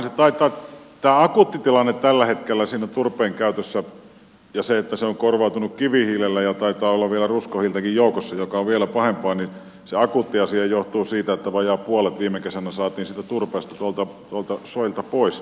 kyllähän taitaa tämä akuutti tilanne tällä hetkellä siinä turpeen käytössä ja siinä että se on korvautunut kivihiilellä ja taitaa olla vielä ruskohiiltäkin joukossa joka on vielä pahempaa johtua siitä että vajaa puolet viime kesänä saatiin siitä turpeesta tuolta soilta pois